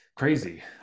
crazy